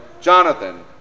Jonathan